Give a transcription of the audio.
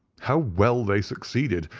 how well they succeeded,